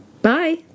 Bye